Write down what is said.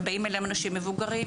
באים אליהם אנשים מבוגרים,